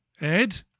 Ed